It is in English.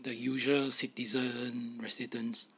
the usual citizens and residents